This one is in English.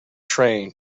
train